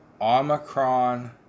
Omicron